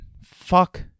Fuck